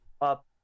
up